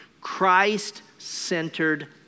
Christ-centered